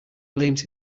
blames